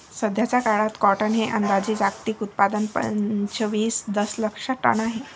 सध्याचा काळात कॉटन हे अंदाजे जागतिक उत्पादन पंचवीस दशलक्ष टन आहे